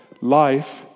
life